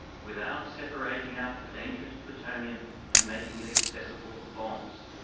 without separating out the dangerous plutonium and making it accessible for bombs.